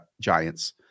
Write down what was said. Giants